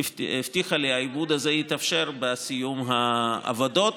העיבוד הזה יתאפשר בסיום העבודות.